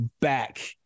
back